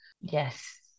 Yes